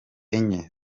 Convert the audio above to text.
enye